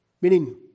meaning